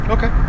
Okay